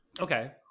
Okay